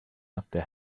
after